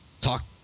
talk